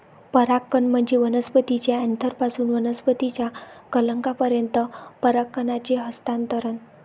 परागकण म्हणजे वनस्पतीच्या अँथरपासून वनस्पतीच्या कलंकापर्यंत परागकणांचे हस्तांतरण